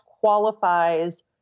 Qualifies